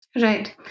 Right